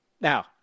Now